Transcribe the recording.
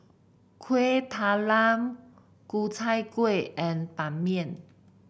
Kuih Talam Ku Chai Kueh and Ban Mian